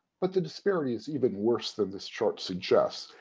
but the disparity is even worse than this chart suggests,